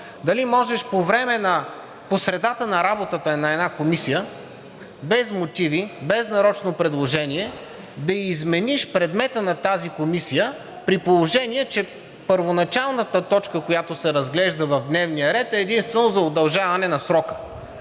дали можеш по средата на работата на една комисия, без мотиви, без нарочно предложение да ѝ измениш предмета на тази комисия, при положение че първоначалната точка, която се разглежда в дневния ред, е единствено за удължаване на срока?